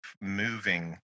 moving